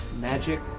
magic